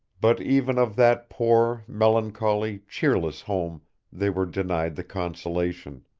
but even of that poor, melancholy, cheerless home they were denied the consolation.